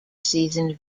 seasoned